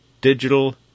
digital